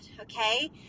okay